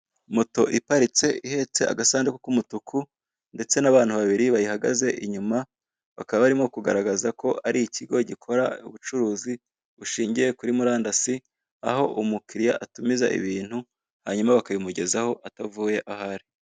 Moto iparitse ihetse agasanduku k'umutuku ndetse n'abantu babiri bayihagaze inyuma bakaba barimo kugaragaza ko ari ikigo gikora ubucuruzi bushingiye kuri murandasi aho umukiriya atumiza ibintu hanyuma bakabimugezaho atavuye aho ari.